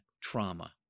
Trauma